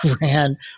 ran